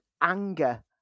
anger